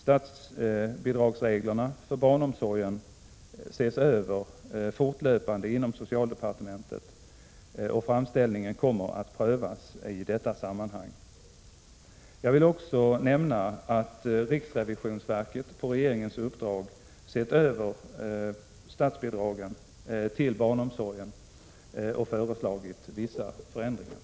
Statsbidragsreglerna för barnomsorgen ses över fortlöpande inom socialdepartementet och framställningen kommer att prövas i detta sammanhang. Jag vill också nämna att riksrevisionsverket på regeringens uppdrag sett över statsbidragen till barnomsorgen och föreslagit vissa förändringar.